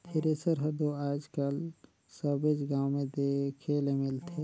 thresher हर दो आएज काएल सबेच गाँव मे देखे ले मिलथे